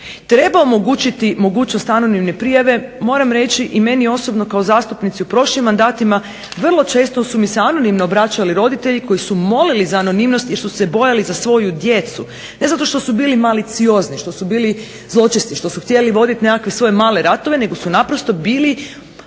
treba omogućiti mogućnost anonimne prijave, moram reći meni osobno kao zastupnici u prošlim mandatima vrlo često su se obraćali roditelji koji su molili za anonimnost zato jer su se bojali za svoju djecu, ne zato što su bili maliciozni, zločesti, zato što su htjeli voditi nekakve svoje male ratove, nego su naprosto bili